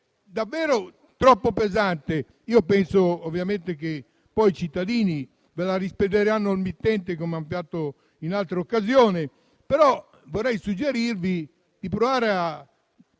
davvero troppo pesante. Io penso che i cittadini la rispediranno al mittente, come hanno fatto in altre occasioni, però vorrei suggerirvi di provare ad